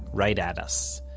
right at us.